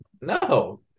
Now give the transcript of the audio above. No